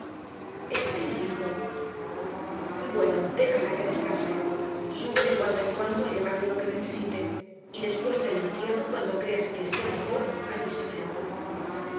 este me dijo bueno déjala que descanse sube de cuando en cuando a llevarle lo que necesite y después del entierro cuando creas que esté mejor avísamelo